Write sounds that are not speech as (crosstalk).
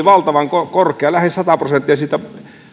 (unintelligible) valtavan korkea lähes sata prosenttia siitä